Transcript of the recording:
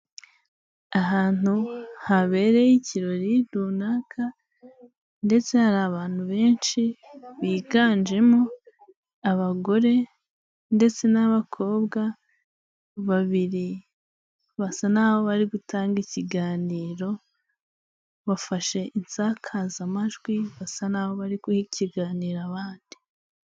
Ahantu habereye ikirori runaka ndetse hari abantu benshi biganjemo abagore ndetse n'abakobwa babiri basa naho bari gutanga ikiganiro, bafashe insakazamajwi, basa n'aho bari guha ikiganira abandi.